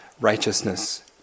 Righteousness